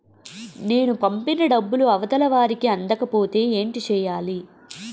నేను పంపిన డబ్బులు అవతల వారికి అందకపోతే ఏంటి చెయ్యాలి?